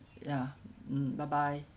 ya um bye bye